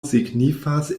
signifas